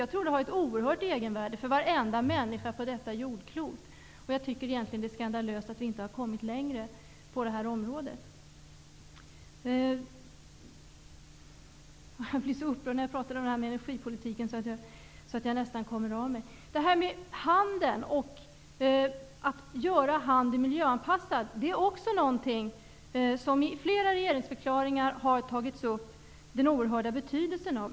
Jag tror att den har ett oerhört egenvärde för varenda människa på detta jordklot, och jag tycker egentligen att det är skandalöst att vi inte har kommit längre på det området. Att göra handeln miljöanpassad är också någonting som flera regeringsförklaringar har tagit upp den oerhörda betydelsen av.